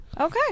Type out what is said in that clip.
Okay